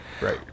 right